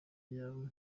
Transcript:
yawe